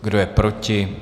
Kdo je proti?